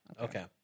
Okay